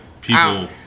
people